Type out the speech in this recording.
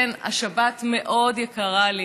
כן, השבת מאוד יקרה לי.